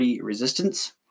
resistance